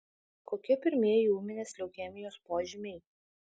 kokie pirmieji ūminės leukemijos požymiai